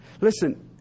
Listen